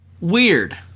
weird